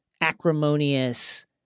acrimonious